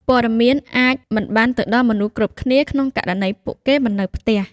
ព័ត៌មានអាចមិនបានទៅដល់មនុស្សគ្រប់គ្នា ក្នុងករណីពួកគេមិននៅផ្ទះ។